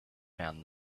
found